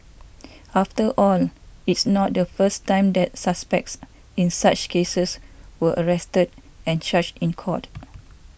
after all it's not the first time that suspects in such cases were arrested and charged in court